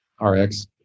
RX